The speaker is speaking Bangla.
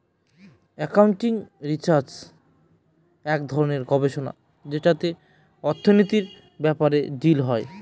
একাউন্টিং রিসার্চ এক ধরনের গবেষণা যেটাতে অর্থনীতির ব্যাপারে ডিল হয়